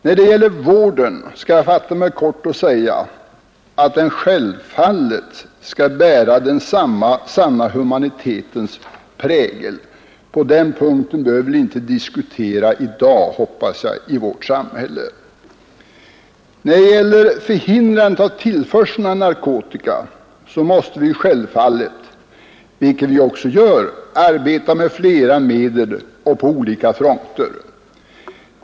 Vad gäller vården skall jag fatta mig kort och bara säga att den självfallet skall bära den sanna humanitetens prägel. På den punkten hoppas jag att vi inte behöver diskutera i dag i vårt samhälle. När det gäller förhindrandet av tillförseln av narkotika måste vi självfallet — vilket vi ju också gör — arbeta med flera medel och på olika fronter.